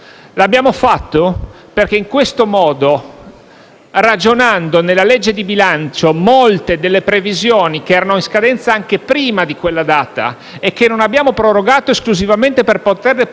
L'abbiamo fatto perché in questo modo, ragionando sulla legge di bilancio, molte delle previsioni che erano in scadenza anche prima di quella data (che non abbiamo prorogato esclusivamente per poterlo